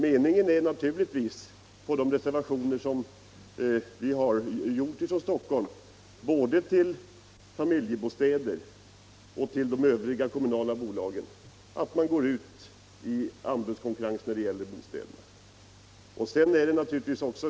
Meningen med 28 februari 1975 de reservationer som vi har gjort i Stockholm både till Familjebostäder = och till de övriga kommunala bolagen är naturligtvis att de går ut i an — Om principerna för budskonkurrensen när det gäller bostäderna.